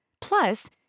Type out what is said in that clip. Plus